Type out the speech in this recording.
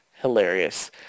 hilarious